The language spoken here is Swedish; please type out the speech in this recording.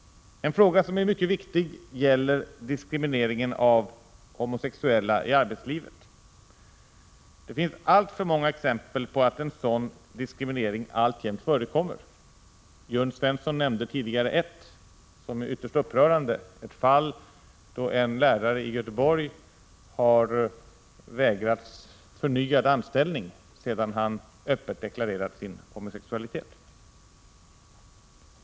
En fråga som är mycket viktig gäller diskrimineringen av homosexuella i arbetslivet. Det finns alltför många exempel på att sådan diskriminering alltjämt förekommer. Jörn Svensson nämnde tidigare ett som är ytterst upprörande, ett fall då en lärare i Göteborg har vägrats förnyad anställning sedan han öppet deklarerat sin homosexualitet.